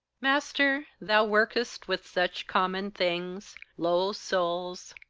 master, thou workest with such common things low souls,